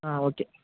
okay